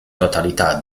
totalità